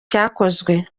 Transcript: cyakozwe